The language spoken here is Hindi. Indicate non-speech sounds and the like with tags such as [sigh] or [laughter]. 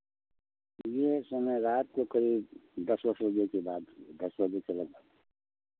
यह समय रात को करीब दस वस बजे के बाद [unintelligible] दस बजे के लगभग